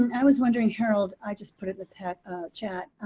and i was wondering, harold. i just put in the tech chat.